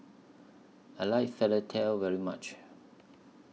I like very much